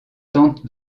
tente